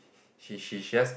she she she just